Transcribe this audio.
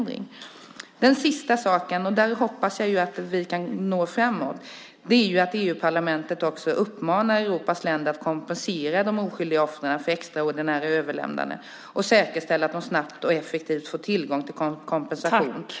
Den sista saken, och där hoppas jag att vi kan gå framåt, är att EU-parlamentet uppmanar Europas länder att kompensera de oskyldiga offren för extraordinära överlämnanden och säkerställa att de snabbt och effektivt får tillgång till kompensation.